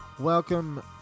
Welcome